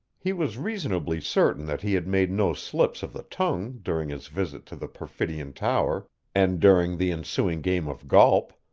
he was reasonably certain that he had made no slips of the tongue during his visit to the perfidion tower and during the ensuing game of golp,